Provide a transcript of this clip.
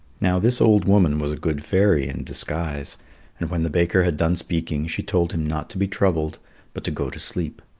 now, this old woman was a good fairy in disguise and when the baker had done speaking she told him not to be troubled but to go to sleep.